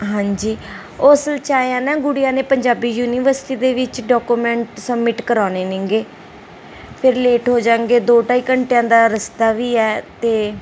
ਹਾਂਜੀ ਉਹ ਅਸਲ 'ਚ ਐਂਏ ਨਾ ਗੁੜੀਆ ਨੇ ਪੰਜਾਬੀ ਯੂਨੀਵਰਸਿਟੀ ਦੇ ਵਿੱਚ ਡਾਕੂਮੈਂਟ ਸਬਮਿਟ ਕਰਾਉਣੇ ਨੇਗੇ ਫਿਰ ਲੇਟ ਹੋਜਾਗੇ ਦੋ ਢਾਈ ਘੰਟਿਆਂ ਦਾ ਰਸਤਾ ਵੀ ਹੈ ਤੇ